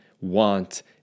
want